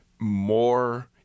more